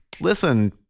listen